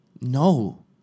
No